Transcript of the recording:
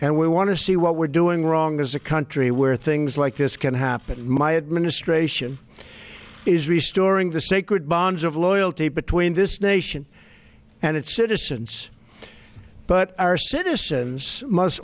and we want to see what we're doing wrong as a country where things like this can happen my administration is resourcing the sacred bonds of loyalty between this nation and its citizens but our citizens must